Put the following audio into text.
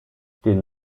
den